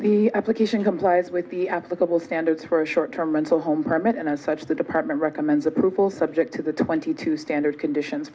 the application complies with the applicable standards for a short term rental home permit and as such the department recommends approval subject to the twenty two standard conditions